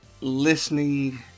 listening